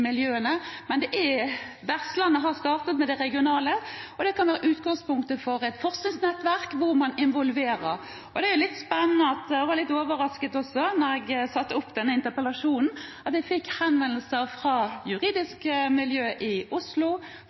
miljøene. Vestlandet har startet med det regionale, og det kan være utgangspunktet for et forskningsnettverk hvor man involverer flere. Det er litt spennende, og jeg var også litt overrasket over at jeg etter at jeg meldte inn denne interpellasjonen, fikk henvendelser fra juridiske miljø i Oslo,